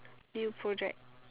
new project